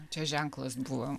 čia ženklas buvo